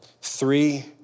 Three